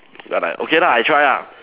but uh okay lah I try lah